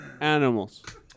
animals